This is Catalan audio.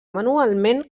manualment